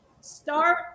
Start